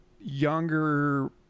younger